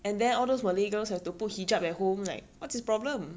and then all those malay girls have to put hijab at home like what's his problem